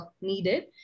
needed